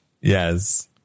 yes